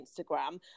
Instagram